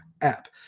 App